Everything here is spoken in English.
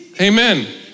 Amen